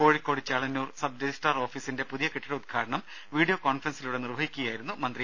Kozhikode Chelannur sub registrar ഓഫീസിന്റെ പുതിയ കെട്ടിട ഉദ്ഘാടനം വീഡിയോ കോൺഫറൻസിലൂടെ നിർവഹിക്കുകയായിരുന്നു മന്ത്രി